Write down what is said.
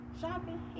Shopping